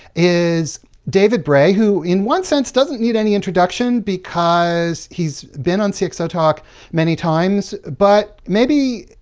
is david bray, who, in one sense, doesn't need any introduction because he's been on cxotalk many times. but, maybe,